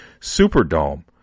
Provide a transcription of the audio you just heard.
Superdome